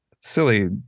silly